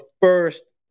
first